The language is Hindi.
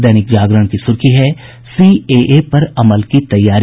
दैनिक जागरण की सुर्खी है सीएए पर अमल की तैयारी